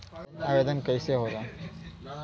Loan आवेदन कैसे होला?